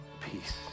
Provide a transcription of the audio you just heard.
peace